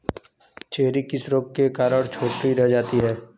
Cherry किस रोग के कारण छोटी रह जाती है?